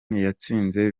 yatsinze